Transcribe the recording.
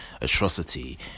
atrocity